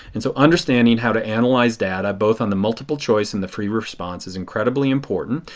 and so understanding how to analyze data, both on the multiple choice and the free response is incredibly important.